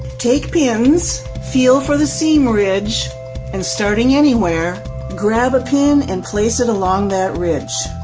take pins, feel for the seam ridge and starting anywhere grab a pin and place it along that ridge,